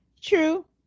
true